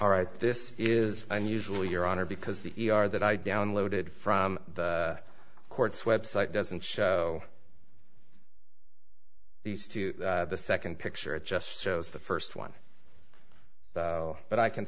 all right this is unusual your honor because the are that i downloaded from the courts website doesn't show these to the second picture it just shows the first one but i can